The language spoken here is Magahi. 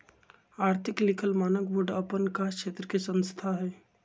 आर्थिक लिखल मानक बोर्ड अप्पन कास क्षेत्र के संस्था हइ